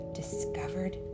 discovered